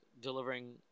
delivering